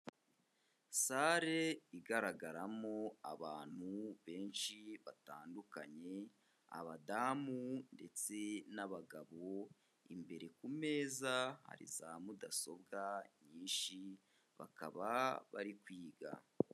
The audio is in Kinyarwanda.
Sale igaragaramo abantu benshi batandukanye abadamu ndetse n'abagabo imbere ku meza hari za mudasobwa nyinshi bakaba bari kwiga.